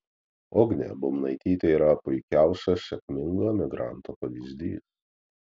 ugnė bubnaitytė yra puikiausias sėkmingo emigranto pavyzdys